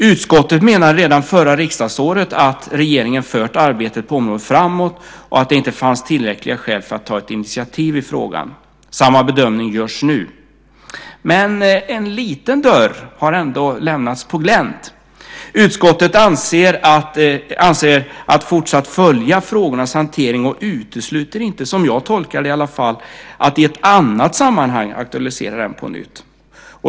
Utskottet menade redan förra riksdagsåret att regeringen fört arbetet på området framåt och att det inte fanns tillräckliga skäl för att ta ett initiativ i frågan. Samma bedömning görs nu. Men en liten dörr har ändå lämnats på glänt. Utskottet avser att fortsatt följa frågornas hantering och utesluter inte, som jag tolkar det i alla fall, att i ett annat sammanhang aktualisera den på nytt.